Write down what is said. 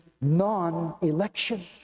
non-election